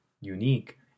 unique